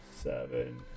seven